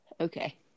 Okay